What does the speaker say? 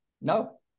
No